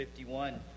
51